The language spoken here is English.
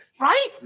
right